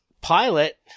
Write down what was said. pilot